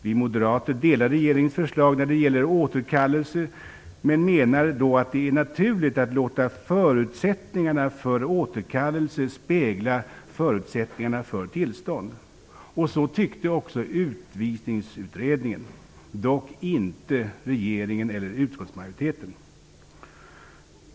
Vi moderater instämmer i regeringens förslag när det gäller återkallelse men menar att det är naturligt att låta förutsättningarna för återkallelse spegla förutsättningarna för tillstånd. Så tyckte också Utvisningsutredningen, dock inte regeringen och utskottsmajoriteten.